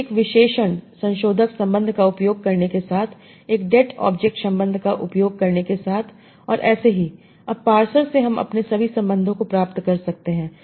तो एक विशेषण संशोधक संबंध का उपयोग करने के साथ एक det ऑब्जेक्ट संबंध का उपयोग करने के साथ और ऐसे ही अब पार्सर से हम अपने सभी संबंधों को प्राप्त कर सकते हैं